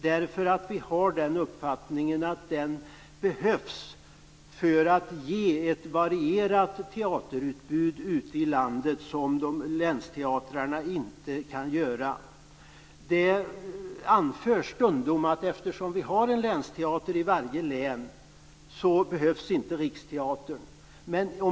Vi har nämligen uppfattningen att Riksteatern behövs för att erbjuda ett varierat teaterutbud ute i landet, vilket länsteatrarna inte kan göra. Stundom anförs det att eftersom det finns en länsteater i varje län så behövs inte Riksteatern.